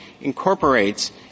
incorporates